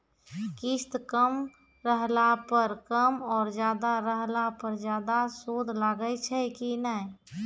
किस्त कम रहला पर कम और ज्यादा रहला पर ज्यादा सूद लागै छै कि नैय?